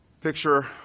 picture